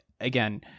again